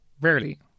Rarely